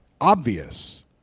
obvious